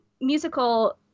musical